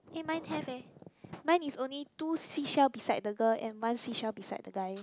eh mine have leh mine is only two seashell beside girl and one seashell beside the guy